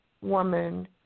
woman